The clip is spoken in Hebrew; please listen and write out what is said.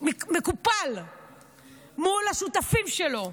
מקופל מול השותפים שלו,